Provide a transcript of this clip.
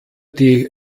die